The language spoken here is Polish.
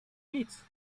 nic